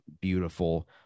beautiful